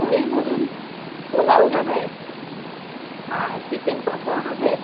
ওই ধরুন পোলাও হবে আর চিকেন কষা হবে